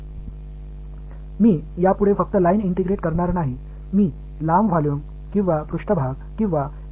நான் இனி வரியுடன் ஒன்றிணைக்க மாட்டேன் நான் ஒரு கொள்ளளவு அல்லது மேற்பரப்பு அல்லது வேண்டுமானாலும் ஒருங்கிணைக்கலாம்